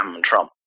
Trump